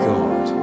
God